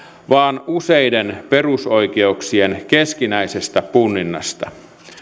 vaan useiden perusoikeuksien keskinäisestä punninnasta